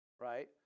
Right